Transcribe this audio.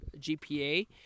GPA